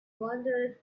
wandered